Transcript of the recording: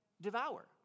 devour